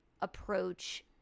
approach